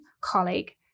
colleague